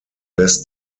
best